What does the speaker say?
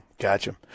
Gotcha